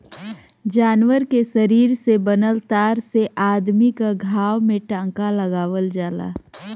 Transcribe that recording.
जानवर के शरीर से बनल तार से अदमी क घाव में टांका लगावल जाला